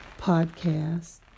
podcast